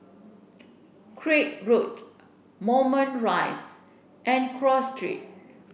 Craig Road Moulmein Rise and Cross Street